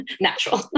natural